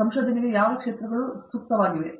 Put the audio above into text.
ಸಂಶೋಧನೆ ಎಂದು ಪರಿಗಣಿಸಲಾದ ಕೆಲವು ಪ್ರದೇಶಗಳಿವೆ